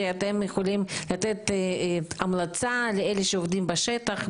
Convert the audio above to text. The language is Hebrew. ואתם יכולים לתת המלצה לאלה שעובדים בשטח,